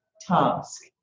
task